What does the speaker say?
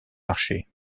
marchés